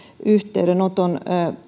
yhteydenoton